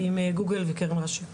עם גוגל וקרן רש"י.